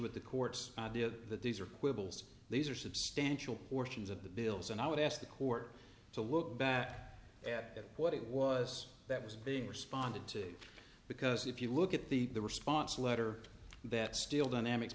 with the court's idea that these are quibbles these are substantial portions of the bills and i would ask the court to look back at what it was that was being responded to because if you look at the response letter that still dynamics